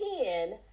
again